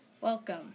Welcome